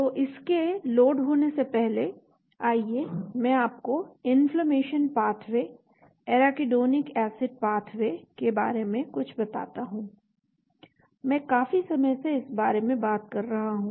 तो इसके लोड होने से पहले आइए मैं आपको inflammation pathway arachidonic acid pathway के बारे में कुछ बताता हूं मैं काफी समय से इस बारे में बात कर रहा हूं